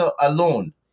alone